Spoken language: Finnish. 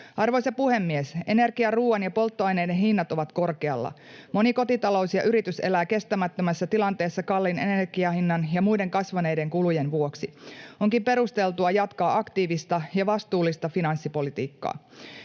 Arvoisa puhemies! Energian, ruuan ja polttoaineiden hinnat ovat korkealla. Moni kotitalous ja yritys elää kestämättömässä tilanteessa kalliin energianhinnan ja muiden kasvaneiden kulujen vuoksi. Onkin perusteltua jatkaa aktiivista ja vastuullista finanssipolitiikkaa.